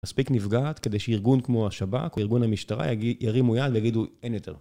מספיק נפגעת כדי שארגון כמו השב"כ או ארגון המשטרה ירימו יד ויגידו אין יותר.